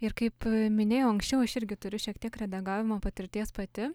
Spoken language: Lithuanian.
ir kaip minėjau anksčiau aš irgi turiu šiek tiek redagavimo patirties pati